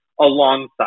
alongside